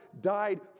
died